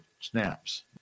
snaps